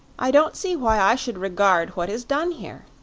i don't see why i should regard what is done here,